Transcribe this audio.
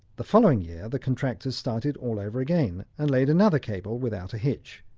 the following year the contractors started all over again and laid another cable without a hitch.